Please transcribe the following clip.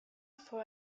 for